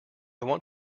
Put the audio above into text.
want